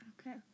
Okay